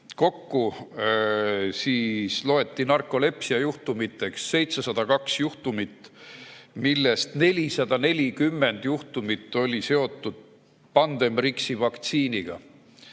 Kokku loeti narkolepsia juhtumiteks 702 juhtumit, millest 440 oli seotud Pandemrixi vaktsiiniga.